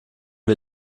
wir